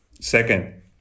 Second